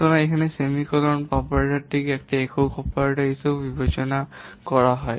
সুতরাং এখানে সেমিকোলন অপারেটরটিকে একটি একক অপারেটর হিসাবেও বিবেচনা করা হয়